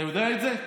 אתה יודע את זה?